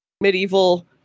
medieval